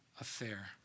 affair